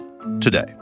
today